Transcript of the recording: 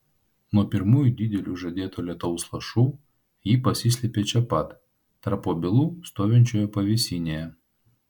nuo pirmųjų didelių žadėto lietaus lašų ji pasislepia čia pat tarp obelų stovinčioje pavėsinėje